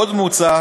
עוד מוצע